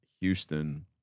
Houston